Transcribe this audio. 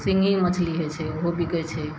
सिङ्गही मछली होइ छै ओहो बिकै छै